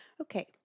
Okay